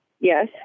Yes